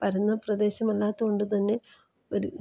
വരണ്ട പ്രദേശമല്ലാത്ത കൊണ്ട് തന്നെ ഒരു